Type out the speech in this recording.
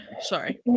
Sorry